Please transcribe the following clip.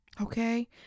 Okay